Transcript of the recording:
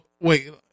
wait